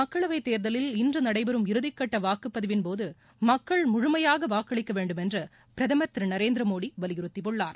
மக்களவை தேர்தலில் இன்று நடைபெறும் இறுதிக்கட்ட வாக்குப்பதிவின்போது மக்கள் முழுமையாக வாக்களிக்க வேண்டும் என்று பிரதமர் திரு நரேந்திரமோடி வலியுறுத்தியுள்ளார்